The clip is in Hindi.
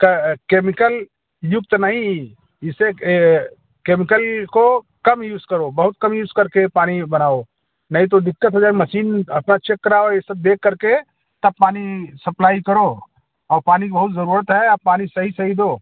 कै केमिकल युक्त नहीं इसे केमिकल को कम यूज़ करो बहुत कम यूज़ कर के पानी बनाओ नहीं तो दिक्कत हो जाएगी मशीन अपना चेक कराओ ये सब देख कर के तब पानी सप्लाई करो और पानी की बहुत ज़रूरत है आप पानी सही सही दो